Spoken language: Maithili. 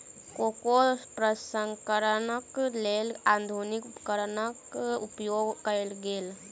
कोको प्रसंस्करणक लेल आधुनिक उपकरणक उपयोग कयल गेल